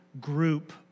group